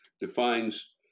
defines